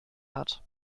hat